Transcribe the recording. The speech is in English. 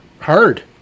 hard